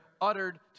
uttered